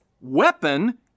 weapon